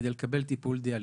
כדי לקבל טיפול דיאליזה.